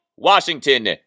Washington